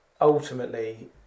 ultimately